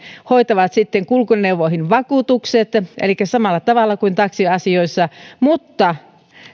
hoitavat sitten kulkuneuvoihin vakuutukset elikkä toimivat samalla tavalla kuin taksiasioissa mutta